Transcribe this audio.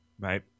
Right